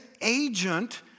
agent